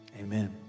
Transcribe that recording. Amen